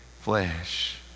flesh